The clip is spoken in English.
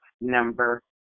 number